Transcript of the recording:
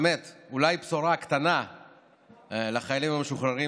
זה אולי בשורה קטנה לחיילים המשוחררים,